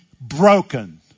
broken